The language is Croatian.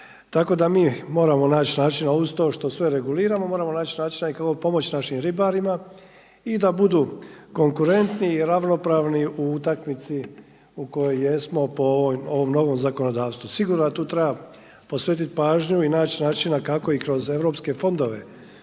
Tako da mi moramo naći načina uz to što sve reguliramo, moramo naći načina i kako pomoći našim ribarima i da budu konkurentni, ravnopravni u utakmici u kojoj jesmo po ovom novom zakonodavstvu. Sigurno da tu treba posvetit pažnju i naći načina kako i kroz europske fondove,